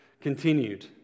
continued